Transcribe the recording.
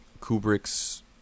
Kubrick's